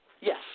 Yes